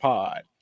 Pod